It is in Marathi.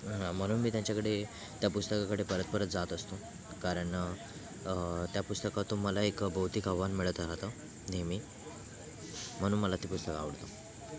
म्हणून मी त्यांच्याकडे त्या पुस्तकाकडे परत परत जात असतो कारण त्या पुस्तकातून मला एक बौद्धिक आव्हान मिळत राहतं नेहमी म्हणून मला ते पुस्तक आवडतं